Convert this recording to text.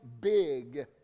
big